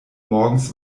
morgens